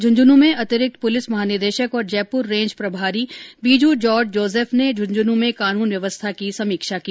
इंझनू में अतिरिक्त पुलिस महानिदेशक और जयपूर रेंज प्रभारी बीजू जॉर्ज जोसेफ ने झंझनूं में कानून व्यवस्था की समीक्षा की